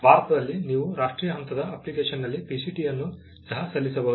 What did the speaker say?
ಭಾರತದಲ್ಲಿ ನೀವು ರಾಷ್ಟ್ರೀಯ ಹಂತದ ಅಪ್ಲಿಕೇಶನ್ನಲ್ಲಿ PCTಯನ್ನು ಸಹ ಸಲ್ಲಿಸಬಹುದು